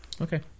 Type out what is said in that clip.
okay